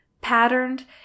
patterned